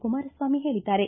ಕುಮಾರಸ್ವಾಮಿ ಹೇಳದ್ದಾರೆ